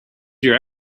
your